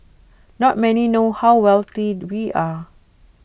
not many know how wealthy we are